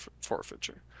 forfeiture